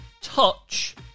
touch